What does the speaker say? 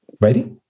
ready